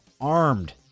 armed